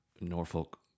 Norfolk